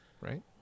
right